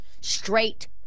straight